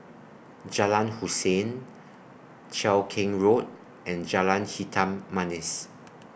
Jalan Hussein Cheow Keng Road and Jalan Hitam Manis